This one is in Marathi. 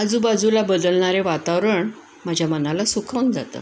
आजूबाजूला बदलणारे वातावरण माझ्या मनाला सुखवून जातं